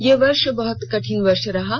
ये वर्ष बहुत कठिन वर्ष रहा है